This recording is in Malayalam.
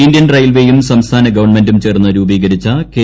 ഇന്ത്യൻ റെയിൽവെയും സംസ്ഥാന അപ്പ്ൻമെന്റും ചേർന്ന് രൂപീകരിച്ചു കെ